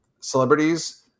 celebrities